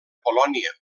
polònia